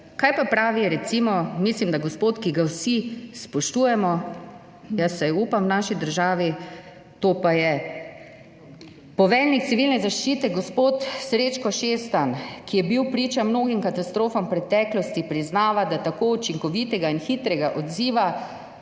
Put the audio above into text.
Kaj pa pravi recimo, mislim, da gospod, ki ga vsi spoštujemo v naši državi, jaz vsaj upam, to je poveljnik Civilne zaščite, gospod Srečko Šestan, ki je bil priča mnogim katastrofam v preteklosti, priznava, da tako učinkovitega in hitrega odziva